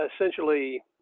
essentially